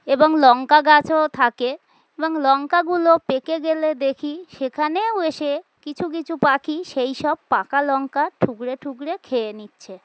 এবং লঙ্কা গাছও থাকে এবং লঙ্কাগুলো পেকে গেলে দেখি সেখানেও এসে কিছু কিছু পাখি সেই সব পাকা লঙ্কা ঠুকরে ঠুকরে খেয়ে নিচ্ছে